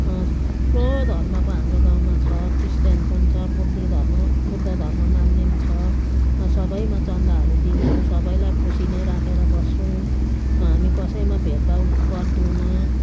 थुप्रो धर्मको हाम्रो गाउँमा छ क्रिस्चियन पनि छ बुद्धिस्ट धर्म बुद्ध धर्म मान्ने पनि छ सबैमा चन्दाहरू दिन्छौँ सबैलाई खुसी नै राखेर बस्छौँ हामी कसैमा भेदभाव गर्दैनौँ